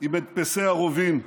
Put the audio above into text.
עם הדפסי הרובים,